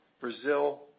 Brazil